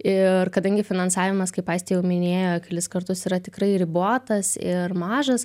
ir kadangi finansavimas kaip aistė jau minėjo kelis kartus yra tikrai ribotas ir mažas